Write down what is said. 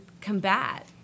combat